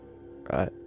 right